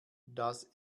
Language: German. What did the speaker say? das